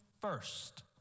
first